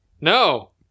No